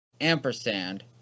ampersand